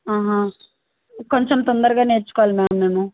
కొంచెం తొందరగా నేర్చుకోవాలి మ్యామ్ నేను